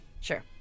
Sure